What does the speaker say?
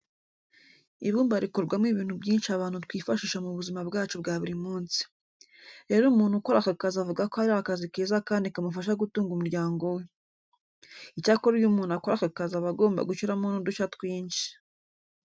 Ibumba rikorwamo ibintu byinshi abantu twifashisha mu buzima bwacu bwa buri munsi. Rero umuntu ukora aka kazi avuga ko ari akazi keza kandi kamufasha gutunga umuryango we. Icyakora iyo umuntu akora aka kazi aba agomba gushyiramo n'udushya twinshi.